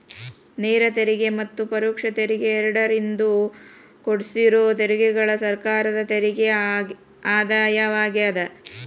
ನೇರ ತೆರಿಗೆ ಮತ್ತ ಪರೋಕ್ಷ ತೆರಿಗೆ ಎರಡರಿಂದೂ ಕುಡ್ಸಿರೋ ತೆರಿಗೆಗಳ ಸರ್ಕಾರದ ತೆರಿಗೆ ಆದಾಯವಾಗ್ಯಾದ